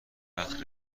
وقت